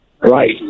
Right